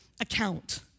Account